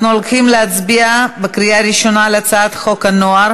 אנחנו הולכים להצביע בקריאה ראשונה על הצעת חוק הנוער